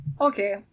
okay